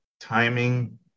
timing